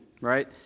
right